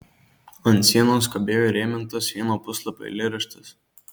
ant sienos kabėjo įrėmintas vieno puslapio eilėraštis